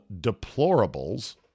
deplorables